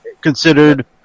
considered